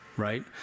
right